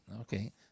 Okay